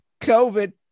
COVID